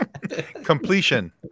Completion